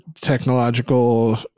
technological